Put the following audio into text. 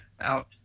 out